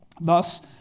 Thus